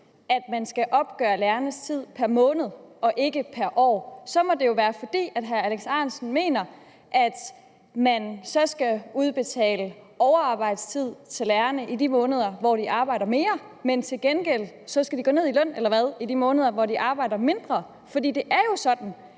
at man skal opgøre lærernes tid pr. måned og ikke pr. år, må det jo være, fordi hr. Alex Ahrendtsen mener, at man så skal udbetale penge for overarbejdstid til lærerne i de måneder, hvor de arbejder mere, men at de til gengæld skal gå ned i løn i de måneder, hvor de arbejder mindre – eller hvad? For det er jo sådan,